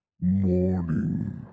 morning